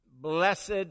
Blessed